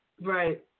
Right